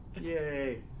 Yay